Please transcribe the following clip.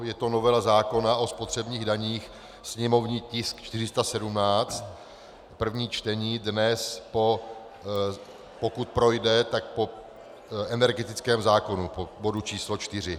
Je to novela zákona o spotřebních daních, sněmovní tisk 417, první čtení, dnes, pokud projde, tak po energetickém zákonu, po bodu číslo 4 .